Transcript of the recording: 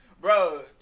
bro